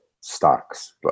stocks